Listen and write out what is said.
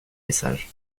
messages